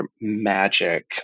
magic